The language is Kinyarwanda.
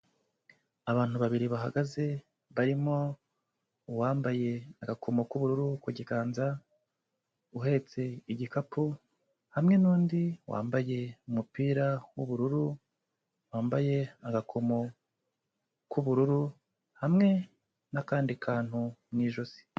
Abantu babiri bahagaze, barimo uwambaye agakomo k'ubururu ku giganza, uhetse igikapu, hamwe n'undi wambaye umupira w'ubururu, wambaye agakomo k'ubururu, hamwe n'akandi kantu mu ijosi.